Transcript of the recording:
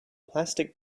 plastic